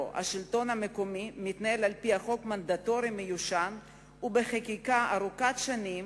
שבו השלטון המקומי מתנהל על-פי חוק מנדטורי מיושן ובחקיקה ארוכת שנים